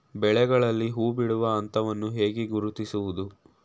ಬೆಳೆಗಳಲ್ಲಿ ಹೂಬಿಡುವ ಹಂತವನ್ನು ಹೇಗೆ ಗುರುತಿಸುವುದು?